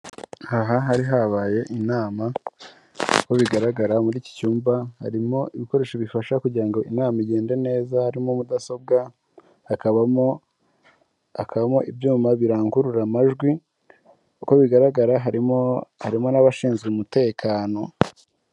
Aha hari habaye inama uko bigaragara muri iki cyumba harimo ibikoresho bifasha kugira ngo inama igende neza, harimo mudasobwa, hakabamo ibyuma birangurura amajwi, uko bigaragara harimo, harimo n'abashinzwe umutekano.